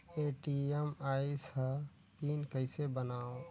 ATM आइस ह pin कइसे बनाओ?